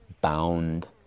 bound